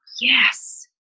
yes